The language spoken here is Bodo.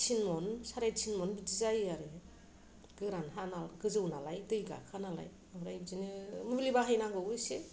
सारे तिन महन बिदि जायो आरो गोरान हा गोजौ नालाय दै गाखोआ नालाय बिदिनो मुलि बाहायनांगौ इसे